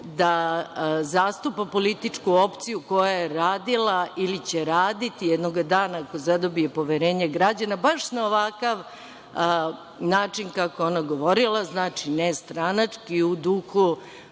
da zastupa političku opciju koja je radila ili će raditi jednoga dana, ako zadobije poverenje građana, baš na ovakav način kako je ona govorila, znači nestranački i u duhu